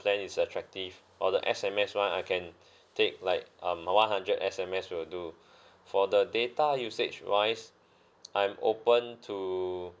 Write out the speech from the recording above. plan is attractive or the S_M_S [one] I can take like um one hundred S_M_S will do for the data usage wise I'm open to